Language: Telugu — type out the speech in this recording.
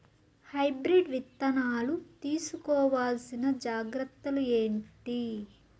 హైబ్రిడ్ విత్తనాలు తీసుకోవాల్సిన జాగ్రత్తలు ఏంటి?